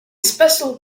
special